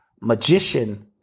magician